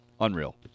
Unreal